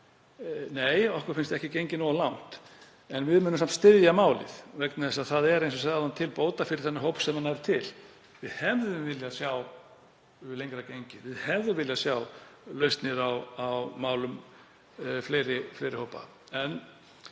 Nei, okkur finnst ekki gengið nógu langt en við munum samt styðja málið vegna þess að það er, eins og ég sagði áðan, til bóta fyrir þann hóp sem það nær til. Við hefðum viljað sjá lengra gengið, við hefðum viljað sjá lausnir á málum fleiri hópa